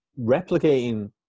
replicating